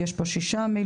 יש פה 6 מיליון,